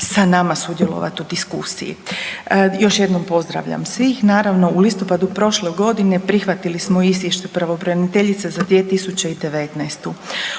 sa nama sudjelovati u diskusiji. Još jednom pozdravljam svih. Naravno u listopadu prošle godine prihvatili smo izvještaj pravobraniteljice za 2019.